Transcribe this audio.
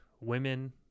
women